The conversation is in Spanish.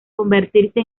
convertirse